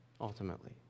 ultimately